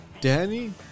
Danny